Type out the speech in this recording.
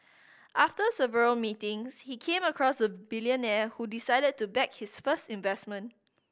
after several meetings he came across a billionaire who decided to back his first investment